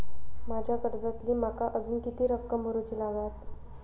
माझ्या कर्जातली माका अजून किती रक्कम भरुची लागात?